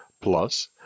Plus